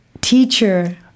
teacher